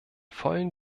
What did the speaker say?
vollen